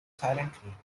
silently